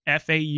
FAU